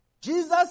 Jesus